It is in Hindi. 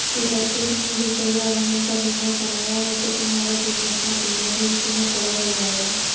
यदि तुमने दुपहिया वाहन का बीमा कराया है तो तुम्हारा दुर्घटना बीमा भी उसी में कवर हो जाएगा